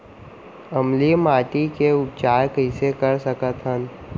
अम्लीय माटी के उपचार कइसे कर सकत हन?